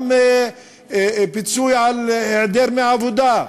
גם לפיצוי על היעדרות מעבודה,